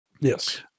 Yes